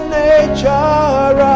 nature